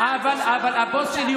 אבל הבוס שלי,